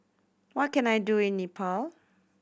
what can I do in Nepal